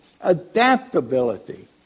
adaptability